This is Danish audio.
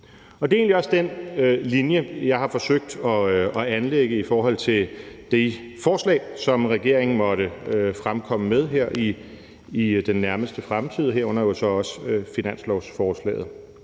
egentlig også den linje, jeg har forsøgt at anlægge i forhold til det forslag, som regeringen måtte fremkomme med her i den nærmeste fremtid, herunder jo så også finanslovsforslaget,